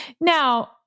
Now